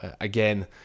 again